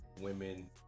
women